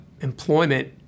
employment